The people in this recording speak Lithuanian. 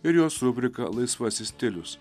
ir jos rubrika laisvasis stilius